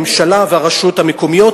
הממשלה והרשויות המקומיות,